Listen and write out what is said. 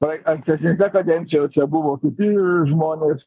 tai ankstesnėse kadencijose buvo kiti žmonės